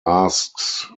asks